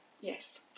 Yes